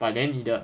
but then 你的